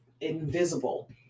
invisible